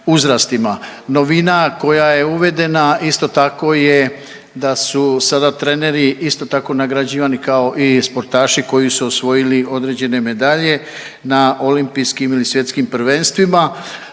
Novina koja je uvedena isto tako je da su sada treneri isto tako nagrađivani kao i sportaši koji su osvojili određene medalje na olimpijskim ili svjetskim prvenstvima